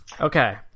Okay